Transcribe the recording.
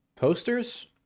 Posters